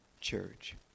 Church